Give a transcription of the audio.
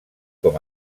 com